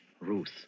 Ruth